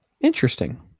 Interesting